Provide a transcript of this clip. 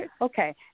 Okay